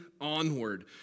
onward